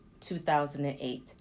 2008